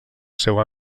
seu